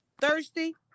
thirsty